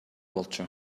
болчу